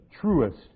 truest